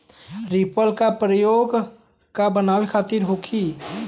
Reaper का प्रयोग का बनावे खातिन होखि?